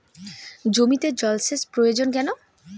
জমিতে জল সেচ প্রয়োজন কেন?